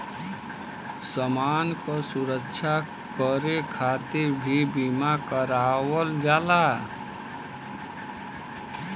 समान क सुरक्षा करे खातिर भी बीमा करावल जाला